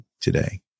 today